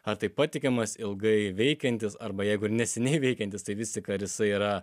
ar tai patikimas ilgai veikiantis arba jeigu ir neseniai veikiantis tai vis tik ar jisai yra